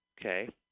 Okay